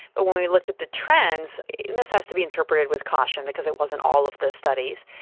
when we looked at the trends, and this has to be interpreted with caution because it wasn't all of the studies,